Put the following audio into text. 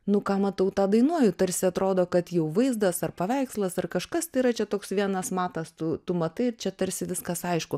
nu ką matau tą dainuoju tarsi atrodo kad jau vaizdas ar paveikslas ar kažkas tai yra čia toks vienas matas tu tu matai ir čia tarsi viskas aišku